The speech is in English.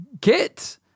Kit